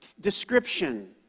description